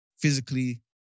physically